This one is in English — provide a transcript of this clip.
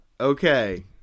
Okay